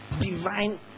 divine